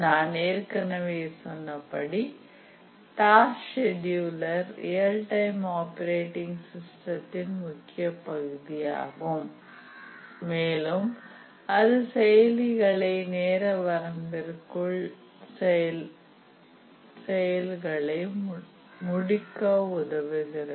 நான் ஏற்கனவே சொன்னபடி task scheduler real time operating சிஸ்டத்தின் முக்கிய பகுதியாகும் மேலும் அது செயலிகளை நேர வரம்பிற்குள் செயல்களை முடிக்க உதவுகிறது